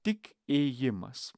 tik ėjimas